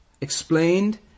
explained